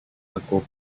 aku